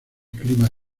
clima